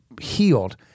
healed